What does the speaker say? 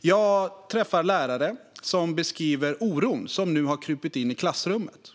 Jag träffar lärare som beskriver oron som nu har krupit in i klassrummet.